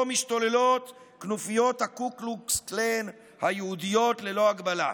משתוללות כנופיות הקו קלוקס קלאן היהודיות ללא הגבלה.